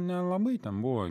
nelabai ten buvo